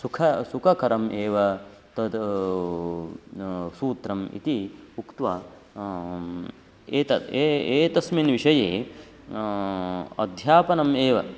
सुखं सुखकरम् एव तद् सूत्रम् इति उक्त्वा एतद् एतस्मिन् विषये अध्यापनम् एव